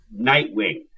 Nightwing